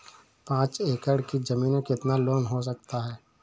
पाँच एकड़ की ज़मीन में कितना लोन हो सकता है?